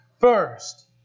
first